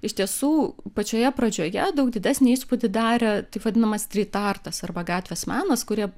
iš tiesų pačioje pradžioje daug didesnį įspūdį darė taip vadinamas stryt artas arba gatvės menas kurie